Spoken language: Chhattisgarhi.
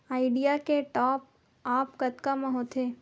आईडिया के टॉप आप कतका म होथे?